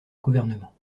gouvernement